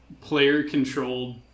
player-controlled